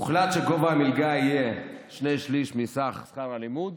הוחלט שגובה המלגה יהיה שני שלישים מסך שכר הלימוד